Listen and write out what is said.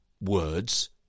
words